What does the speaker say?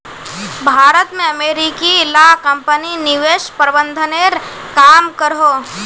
भारत में अमेरिकी ला कम्पनी निवेश प्रबंधनेर काम करोह